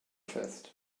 fest